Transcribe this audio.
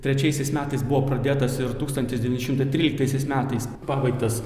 trečiaisiais metais buvo pradėtas ir tūkstantis devyni šimtai tryliktaisiais metais pabaigtas